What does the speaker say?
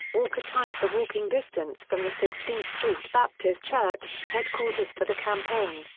walker timed the walking distance from the sixteenth street baptist church, headquarters for the campaign,